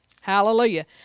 Hallelujah